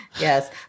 Yes